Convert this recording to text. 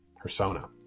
persona